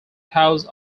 house